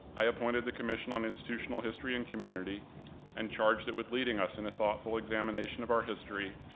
i appointed the commission on institutional history and community and charged it with leading us in a thoughtful examination of our history,